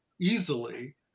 easily